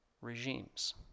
regimes